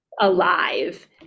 alive